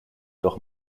doch